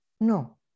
No